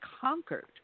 conquered